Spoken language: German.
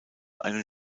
einen